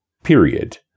Period